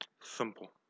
Simple